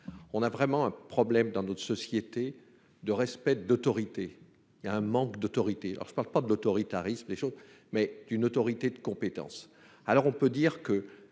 on a vraiment un problème dans notre société, de respect, d'autorité, il y a un manque d'autorité, alors je ne parle pas de l'autoritarisme, les choses, mais d'une autorité de compétence, alors on peut dire que